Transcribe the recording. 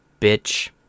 bitch